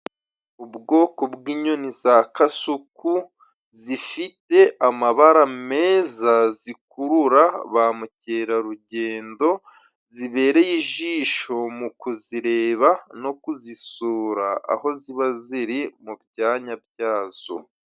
Ubwoko bw'inyoni za Kasuku zifite amabara meza, zikurura ba mukerarugendo, zibereye ijisho mu kuzireba no kuzisura, aho ziba ziri mu byanya byazo.